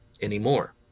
anymore